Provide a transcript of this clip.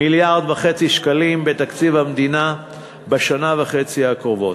מיליארד וחצי שקלים בתקציב המדינה בשנה וחצי הקרובות.